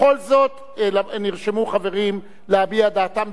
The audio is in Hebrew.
בכל זאת נרשמו חברים להביע דעתם.